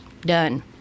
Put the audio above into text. Done